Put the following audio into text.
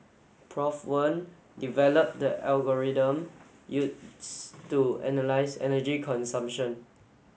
Prof Wen developed the algorithm use to analyse energy consumption